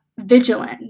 vigilant